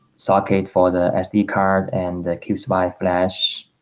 socket for the sd card and keeps by flash